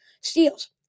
steals